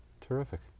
Terrific